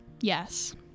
yes